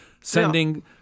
sending